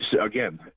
again